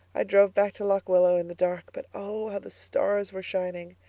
i drove back to lock willow in the dark but oh, how the stars were shining!